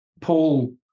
Paul